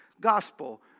gospel